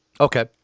Okay